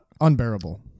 Unbearable